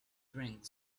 drink